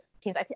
teams